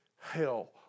hell